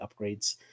upgrades